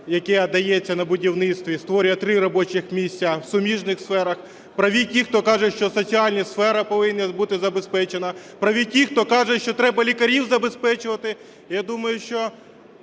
яке дається на будівництві, створює три робочих місця у суміжних сферах, праві ті, хто каже, що соціальна сфера повинна бути забезпечена, праві ті, що кажуть, що треба лікарів забезпечувати. Я думаю, що